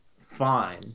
fine